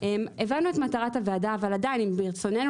הבנו את מטרת הוועדה אבל עדיין ברצוננו